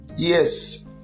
Yes